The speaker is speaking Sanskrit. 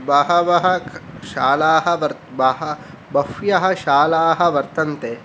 बहवः शालाः वर्त बह्व्यः शालाः वर्तन्ते